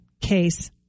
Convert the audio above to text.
case